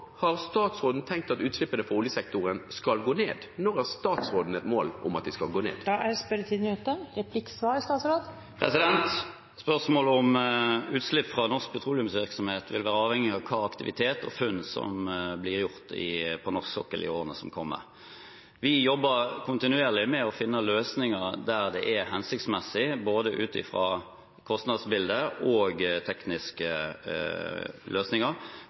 har statsråden tenkt at utslippene på oljesektoren skal gå ned? Når har statsråden et mål om at de skal gå ned? Spørsmålet om utslipp fra norsk petroleumsvirksomhet vil være avhengig av hva slags aktivitet og funn som blir gjort på norsk sokkel i årene som kommer. Vi jobber kontinuerlig med å finne løsninger der det er hensiktsmessig, både ut ifra kostnadsbildet og tekniske løsninger